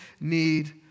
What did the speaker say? need